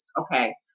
Okay